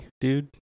dude